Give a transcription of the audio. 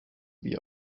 wie